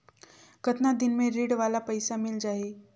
कतना दिन मे ऋण वाला पइसा मिल जाहि?